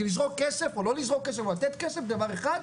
כי לזרוק כסף, או לתת כסף זה דבר אחד.